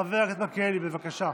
חבר הכנסת מלכיאלי, בבקשה.